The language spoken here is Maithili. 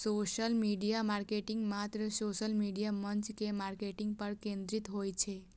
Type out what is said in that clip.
सोशल मीडिया मार्केटिंग मात्र सोशल मीडिया मंच के मार्केटिंग पर केंद्रित होइ छै